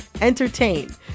entertain